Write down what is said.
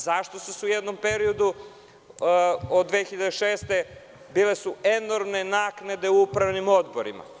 Zašto su u jednom periodu od 2006. godine bile enormne naknade u upravnim odborima?